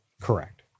Correct